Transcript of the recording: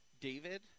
David